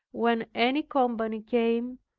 when any company came,